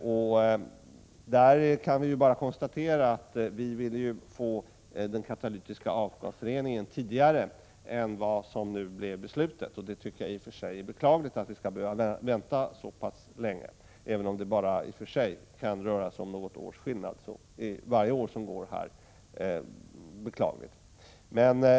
Jag kan bara konstatera att centerpartiet ville införa den katalytiska avgasreningen tidigare än vad som beslutades. Det är beklagligt att man skall behöva vänta så pass länge — även om det bara rör sig om ytterligare något år är det olyckligt.